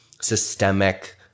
Systemic